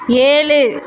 ஏழு